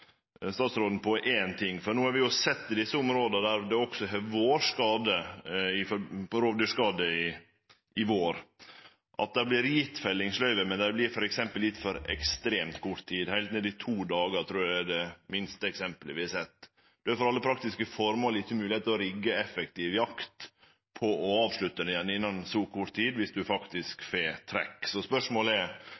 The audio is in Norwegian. ting, for no har vi i desse områda der det har vore rovdyrskade i vår, sett at det vert gjeve fellingsløyve, men dei vert gjevne for ekstremt kort tid, heilt ned i to dagar – trur eg er det kortaste eksempelet vi har sett. Det er for alle praktiske formål ikkje mogleg å rigge effektiv jakt ved å avslutte innan så kort tid om ein faktisk